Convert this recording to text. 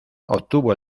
obtuvo